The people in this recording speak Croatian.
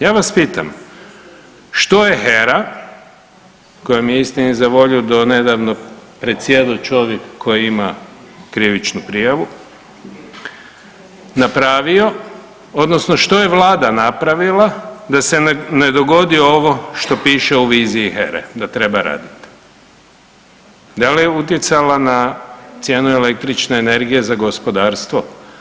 Ja vas pitam što je HERA kojom je istini za volju donedavno predsjedao čovjek koji ima krivičnu prijavu napravio odnosno što je vlada napravila da se ne dogodi ovo što piše u viziji HERA-e da treba radit, da li je utjecala na cijenu električne energije za gospodarstvo?